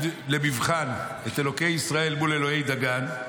למבחן את אלוהי ישראל מול אלוהי דגון,